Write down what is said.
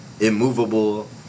immovable